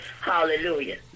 Hallelujah